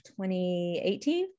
2018